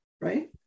right